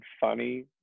funny